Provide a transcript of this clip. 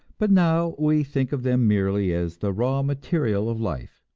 but now we think of them merely as the raw material of life,